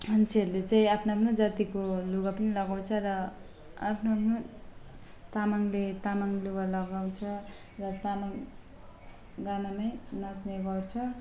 मान्छेहरूले चाहिँ आफ्नो आफ्नो जातिको लुगा पनि लगाउँछ र आफ्नो आफ्नो तामाङले तामाङ लुगा लगाउँछ र तामाङ गानामै नाच्ने गर्छ